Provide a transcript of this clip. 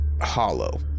hollow